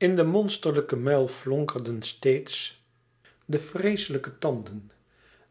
in den monsterlijken muil flonkerden steeds de vreeslijke tanden